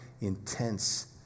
intense